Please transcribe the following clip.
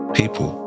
People